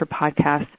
podcasts